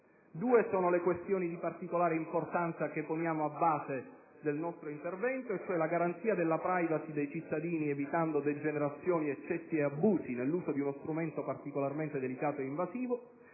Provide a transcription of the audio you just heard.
Due sono le questioni di particolare importanza che poniamo a base del nostro intervento: la garanzia della *privacy* dei cittadini, evitando degenerazioni, eccessi e abusi nell'uso di uno strumento particolarmente delicato ed invasivo;